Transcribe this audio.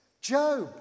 Job